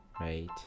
right